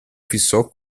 fissò